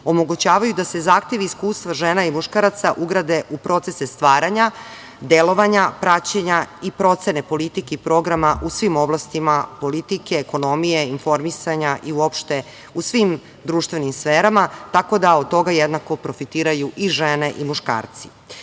omogućavaju da se zahtevi i iskustva žena i muškaraca ugrade u procese stvaranja, delovanja, praćenja i procene politike i programa u svim oblastima politike, ekonomije, informisanja i uopšte u svim društvenim sferama, tako da od toga jednako profitiraju i žene i muškarci. Srbija